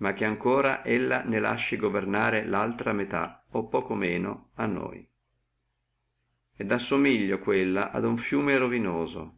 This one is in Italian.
ma che etiam lei ne lasci governare laltra metà o presso a noi et assomiglio quella a uno di questi fiumi rovinosi